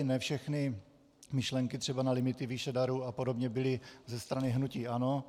Ne všechny myšlenky, třeba na limity výše darů apod., byly ze strany hnutí ANO.